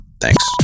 Thanks